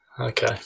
Okay